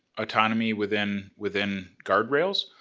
autonomy within within guardrails,